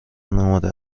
آماده